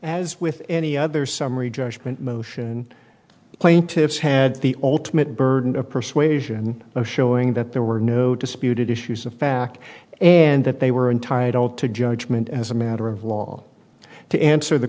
as with any other summary judgment motion plaintiffs had the ultimate burden of persuasion of showing that there were no disputed issues of fact and that they were entitled to judgment as a matter of law to answer the